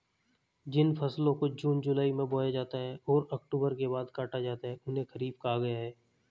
जिन फसलों को जून जुलाई में बोया जाता है और अक्टूबर के बाद काटा जाता है उन्हें खरीफ कहा गया है